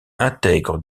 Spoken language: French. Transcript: intègre